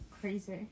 crazy